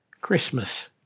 Christmas